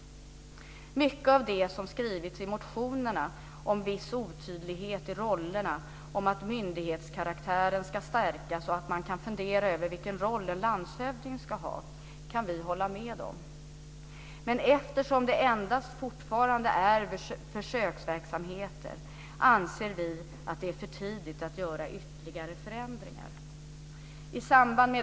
Mycket av det som skrivits i motionerna om viss otydlighet i rollerna, om att myndighetskaraktären ska stärkas och att man kan fundera över vilken roll en landshövding ska ha kan vi hålla med om. Men eftersom det fortfarande endast är försöksverksamheter anser vi att det är för tidigt att göra ytterligare förändringar.